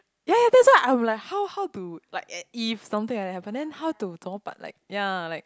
ya ya that's why I'm like how how to like e~ if something like that happen then how to 怎么办:zenme ban but like ya like